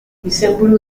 izenburu